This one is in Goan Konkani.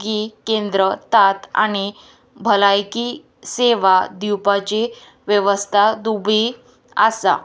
की केंद्र तात आनी भलायकी सेवा दिवपाची वेवस्था दुबी आसा